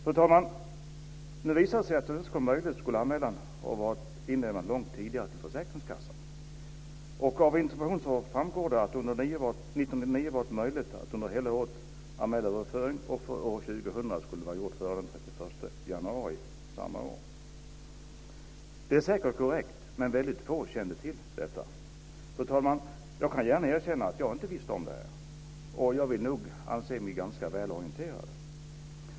Fru talman! Nu visade det sig att för att detta skulle vara möjligt skulle anmälan ha varit inlämnad långt tidigare till försäkringskassan. Av interpellationssvaret framgår det att det under 1999 varit möjligt att under hela året anmäla överföring, och för år 2000 skulle det ha varit gjort före den 31 januari samma år. Det är säkert korrekt, men väldigt få kände till detta. Fru talman! Jag kan gärna erkänna att jag inte visste om detta, och jag vill nog anse mig ganska välorienterad.